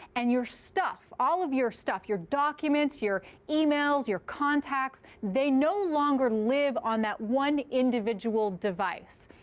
and your stuff, all of your stuff, your documents, your emails, your contacts, they no longer live on that one individual device.